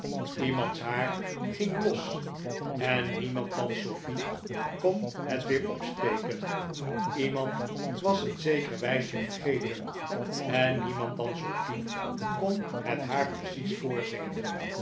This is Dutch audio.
iemands fcfaar ging los en niemand dan sofie kon het weer opsteken iemand was een zeker wijsje vergeten en niemand dan sofie kon het haar precies